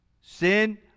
sin